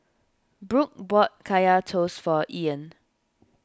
Brook bought Kaya Toast for Ean